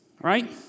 right